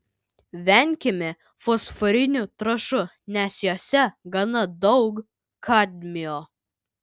venkime fosforinių trąšų nes jose gana daug kadmio